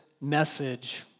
message